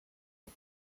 and